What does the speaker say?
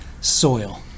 soil